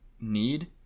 need